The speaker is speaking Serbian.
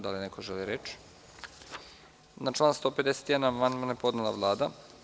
Da li neko želi reč? (Ne.) Na član 151. amandman je podnela Vlada.